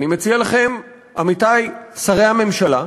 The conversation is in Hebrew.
אני מציע לכם, עמיתי שרי הממשלה: